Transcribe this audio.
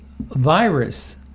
virus